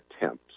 attempts